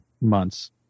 months